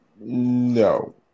No